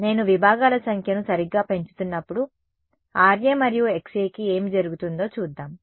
నేను విభాగాల సంఖ్యను సరిగ్గా పెంచుతున్నప్పుడు Ra మరియు Xa కి ఏమి జరుగుతుందో చూద్దాం